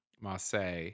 Marseille